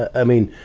i mean,